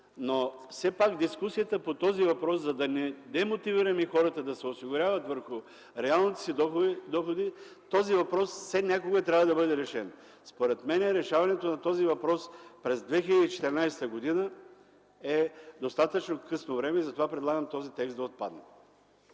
но все пак дискусията по този въпрос, за да не демотивираме хората да се осигуряват върху реалните си доходи, този въпрос все някога трябва да бъде решен. Според мен решаването на този въпрос през 2014 г. е достатъчно късно време и затова предлагаме този текст да отпадне.